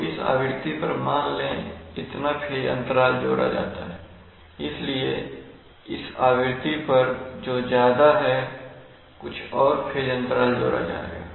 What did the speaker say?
तो इस आवृत्ति पर मान लें इतना फेज अंतराल जोड़ा जाता है इसलिए इस आवृत्ति पर जो ज्यादा है कुछ और फेज अंतराल जोड़ा जाएगा